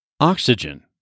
Oxygen